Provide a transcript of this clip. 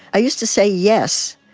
i used to say yes.